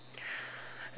and um